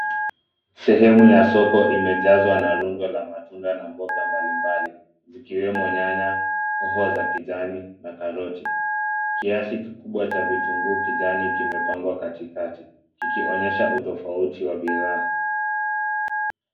Sehemu ya soko imejazwa na rundo la matunda na mboga mbalimbali zikiwemo nyanya, hoho za kijani na karoti. Kiasi kikubwa cha vitunguu kijani kimepangwa katikati kikionyesha utofauti wa bidhaa.